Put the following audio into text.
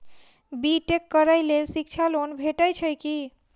B tech करै लेल शिक्षा लोन भेटय छै की?